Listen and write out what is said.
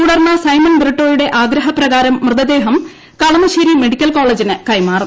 തുടർന്ന് സൈമൺ ബ്രിട്ടോയുടെ ആഗ്രഹ പ്രകാരം മൃതദേഹം കളമശ്ശേരി മെഡിക്കൽ കോളേജിന് കൈമാറും